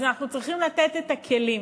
אז אנחנו צריכים לתת את הכלים.